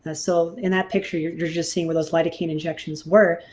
ah so in that picture you're you're just seeing where those lidocaine injections were.